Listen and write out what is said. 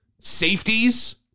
Safeties